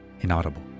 inaudible